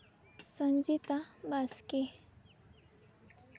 Sanchita Baski